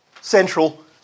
central